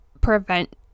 prevent